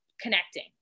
connecting